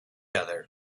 other